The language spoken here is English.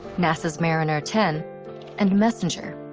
nasa's mariner ten and messenger.